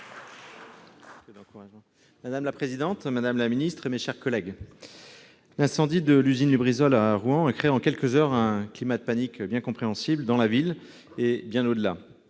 Madame la présidente, mesdames les ministres, mes chers collègues, l'incendie de l'usine Lubrizol à Rouen a créé, en quelques heures, un climat de panique bien compréhensible dans la ville et bien au-delà.